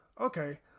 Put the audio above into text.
okay